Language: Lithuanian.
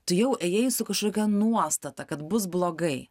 tu jau ėjai su kažkokia nuostata kad bus blogai